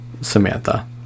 Samantha